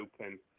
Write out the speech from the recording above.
open